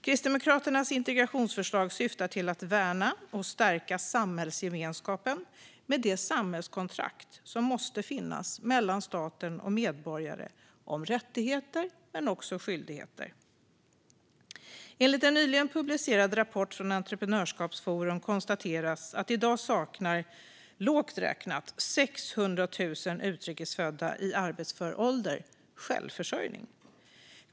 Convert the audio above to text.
Kristdemokraternas integrationsförslag syftar till att värna och stärka samhällsgemenskapen med det samhällskontrakt som måste finnas mellan stat och medborgare om rättigheter men också skyldigheter. Enligt en nyligen publicerad rapport från Entreprenörskapsforum konstateras att i dag saknar, lågt räknat, 600 000 utrikes födda i arbetsför ålder självförsörjning.